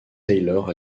taylor